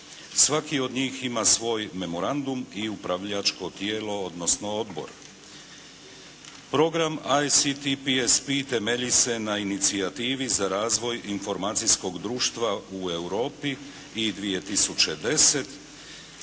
Svaki od njih ima svoj memorandum i upravljačko tijelo, odnosno odbor. Program ICT PSP temelji se na inicijativi za razvoj informacijskog društva u Europi i 2010.